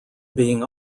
being